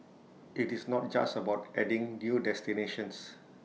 IT is not just about adding new destinations